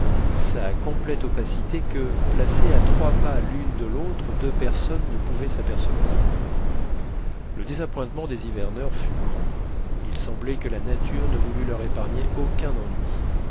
sa complète opacité que placées à trois pas l'une de l'autre deux personnes ne pouvaient s'apercevoir le désappointement des hiverneurs fut grand il semblait que la nature ne voulût leur épargner aucun ennui